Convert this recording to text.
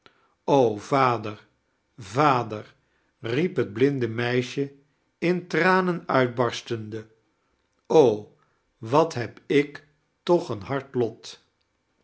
vader vader riep het blinde meisje in tranen uitbarstende wat heb ik toch een hard lot